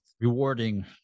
rewarding